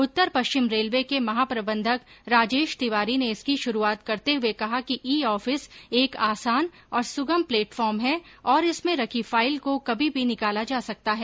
उत्तर पश्चिम रेलवे के महाप्रबंधक राजेश तिवारी ने इसकी शुरूआत करते हुए कहा कि ई ऑफिस एक आसान और सुगम फ्लेटफोर्म है और इसमें रखी फाइल को कभी भी निकाला जा सकता है